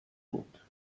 بود